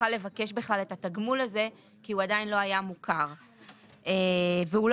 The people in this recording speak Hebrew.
לבקש את התגמול הזה כי הוא עדיין לא היה מוכר והוא לא